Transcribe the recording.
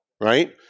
right